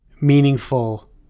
meaningful